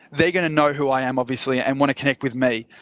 they're going to know who i am obviously and want to connect with me.